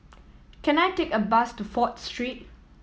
can I take a bus to Fourth Street